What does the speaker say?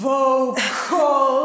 Vocal